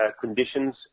conditions